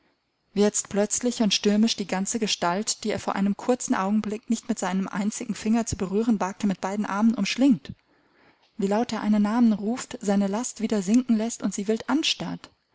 jetzt plötzlich und stürmisch die ganze gestalt die er vor einem kurzen augenblick nicht mit einem einzigen finger zu berühren wagte mit beiden armen umschlingt wie laut er einen namen ruft seine last wieder sinken läßt und sie wild anstarrt